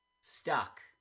Stuck